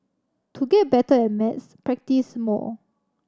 to get better at maths practise more